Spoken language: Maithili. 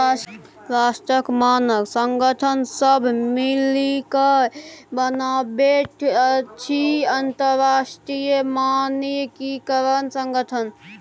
राष्ट्रक मानक संगठन सभ मिलिकए बनाबैत अछि अंतरराष्ट्रीय मानकीकरण संगठन